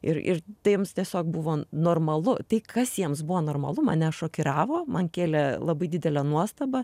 ir ir tai jiems tiesiog buvo normalu tai kas jiems buvo normalu mane šokiravo man kėlė labai didelę nuostabą